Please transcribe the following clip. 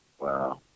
Wow